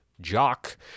jock